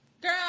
Girl